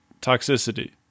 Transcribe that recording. toxicity